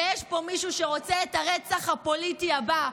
ויש פה מישהו שרוצה את הרצח הפוליטי הבא.